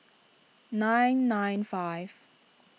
nine nine five